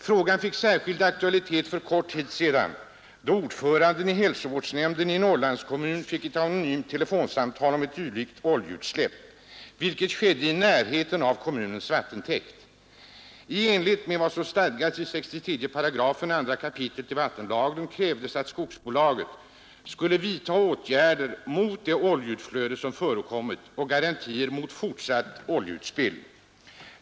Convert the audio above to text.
Frågan fick särskild aktualitet för kort tid sedan, då ordföranden i hälsovårdsnämnden i en Norrlandskommun mottog ett anonymt telefonsamtal om ett dylikt oljeutsläpp i närheten av kommunens vattentäkt. I enlighet med vad som stadgas i 2 kap. 63 § vattenlagen krävdes att skogsbolaget skulle vidta åtgärder mot det oljeutflöde som förekommit och ge garantier mot fortsatt oljespill.